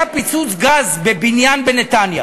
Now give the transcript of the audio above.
היה פיצוץ גז בבניין בנתניה